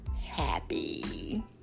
happy